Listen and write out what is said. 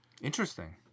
Interesting